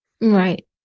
right